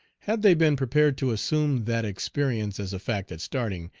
had they been prepared to assume that experience as a fact at starting,